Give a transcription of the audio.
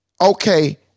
okay